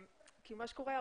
מה שקורה,